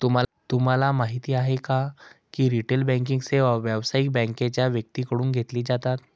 तुम्हाला माहिती आहे का की रिटेल बँकिंग सेवा व्यावसायिक बँकांच्या व्यक्तींकडून घेतली जातात